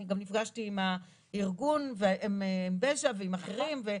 אני גם נפגשתי עם הארגון בז'ה ואחרים,